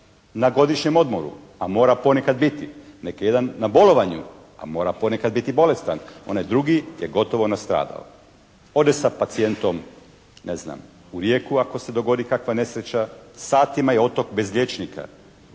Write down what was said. na godišnjem odmoru, a mora ponekad biti, neka je jedan na bolovanju, a mora ponekad biti bolestan, onaj drugi je gotovo nastradao. Ode sa pacijentom ne znam u Rijeku ako se dogodi kakva nesreća, satima je otok bez liječnika.